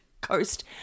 coast